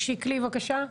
שיקלי, בבקשה.